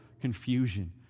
confusion